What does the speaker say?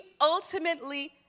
ultimately